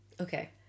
Okay